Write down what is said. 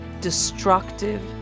destructive